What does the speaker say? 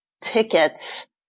tickets